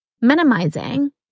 minimizing